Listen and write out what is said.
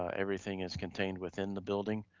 everything is contained within the building,